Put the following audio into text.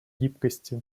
гибкости